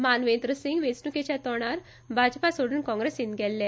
मानवेंद्र सिंग वेचणूकेच्या तोंडार भाजपा सोडून काँग्रेसीत गेल्ले